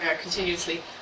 continuously